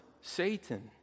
satan